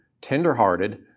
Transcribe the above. tenderhearted